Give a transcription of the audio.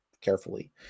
carefully